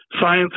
science